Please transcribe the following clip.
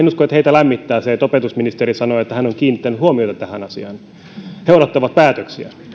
lämmittää se että opetusministeri sanoo että hän on kiinnittänyt huomiota tähän asiaan he odottavat päätöksiä